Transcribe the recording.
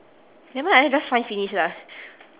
never mind lah just find finish lah